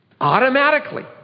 automatically